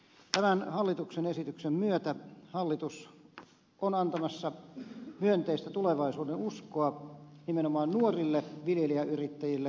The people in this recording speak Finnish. tämän hallituksen esityksen myötä hallitus on antamassa myönteistä tulevaisuudenuskoa nimenomaan nuorille viljelijäyrittäjille muiden mukana